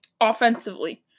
offensively